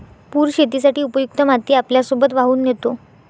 पूर शेतीसाठी उपयुक्त माती आपल्यासोबत वाहून नेतो